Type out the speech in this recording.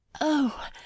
Oh